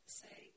say